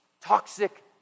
toxic